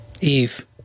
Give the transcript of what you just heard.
Eve